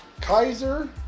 Kaiser